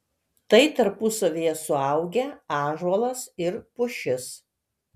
tai tarpusavyje suaugę ąžuolas ir pušis